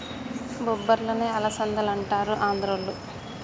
బొబ్బర్లనే అలసందలంటారు ఆంద్రోళ్ళు